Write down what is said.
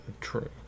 true